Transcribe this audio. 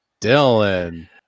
dylan